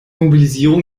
mobilisierung